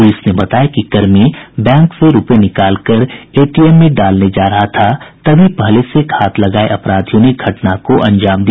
police ने बताया कि कर्मी बैंक से रूपये निकालकर एटीएम में डालने जा रहा था तभी पहले से घात लगाये अपराधियों ने घटना को अंजाम दिया